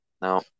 Now